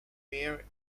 mayor